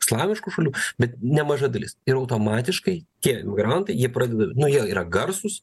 islamiškų šalių bet nemaža dalis ir automatiškai tie migrantai ji pradeda nu jie yra garsūs